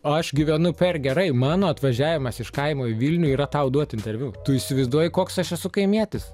aš gyvenu per gerai mano atvažiavimas iš kaimo į vilnių yra tau duoti interviu tu įsivaizduoji koks aš esu kaimietis